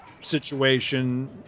situation